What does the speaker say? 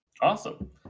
awesome